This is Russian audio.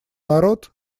народ